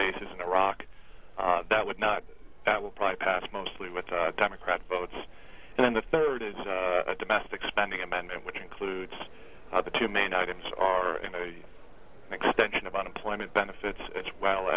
bases in iraq that would not that will probably pass mostly without democrat votes and then the third is domestic spending amendment which includes the two main items are the extension of unemployment benefits as well